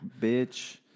bitch